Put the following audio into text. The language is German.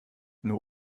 nur